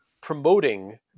promoting